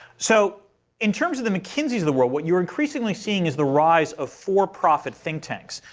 so in terms of the mckinsey's of the world, what you're increasingly seeing is the rise of for-profit think tanks.